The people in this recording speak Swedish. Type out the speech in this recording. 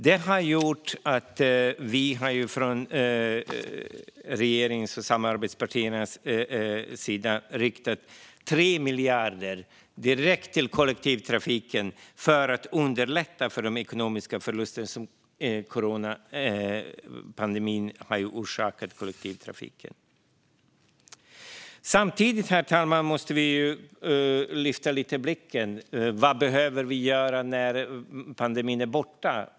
Detta har gjort att vi från regeringens och samarbetspartiernas sida riktat 3 miljarder direkt till kollektivtrafiken för att underlätta efter de ekonomiska förluster som coronapandemin orsakat kollektivtrafiken. Samtidigt, herr talman, måste vi lyfta blicken lite. Vad behöver vi göra när pandemin är borta?